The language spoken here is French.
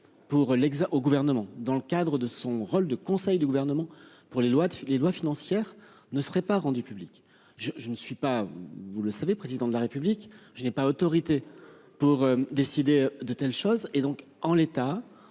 gouvernement dans le cadre de son rôle de conseil du gouvernement pour les lois, les lois financières ne serait pas rendu publique je je ne suis pas, vous le savez, président de la République, je n'ai pas autorité pour décider de telles choses. Et donc en l'état,